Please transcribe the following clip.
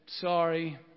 sorry